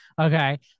okay